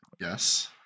Yes